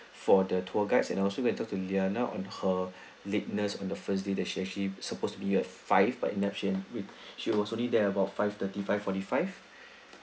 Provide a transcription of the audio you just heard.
for the tour guides and also go and talk to liana on her lateness on the first day that she is actually supposed to be at five but end up with she was only there about five thirty five forty five